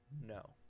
No